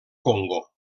congo